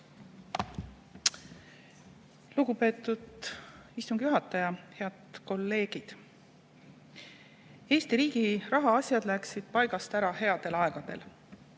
Lugupeetud istungi juhataja! Head kolleegid! Eesti riigi rahaasjad läksid paigast ära headel aegadel.